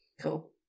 Cool